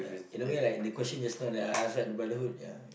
in a way like the question just now that I ask like the brotherhood ya